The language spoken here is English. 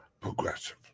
progressive